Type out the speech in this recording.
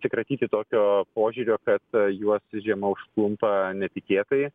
atsikratyti tokio požiūrio kad juos žiema užklumpa netikėtai